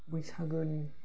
बैसागोनि